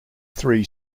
three